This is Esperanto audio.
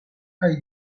kaj